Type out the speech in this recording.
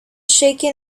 shaken